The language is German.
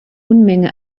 unmenge